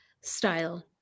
style